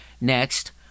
Next